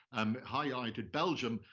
um highlighted belgium.